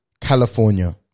California